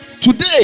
today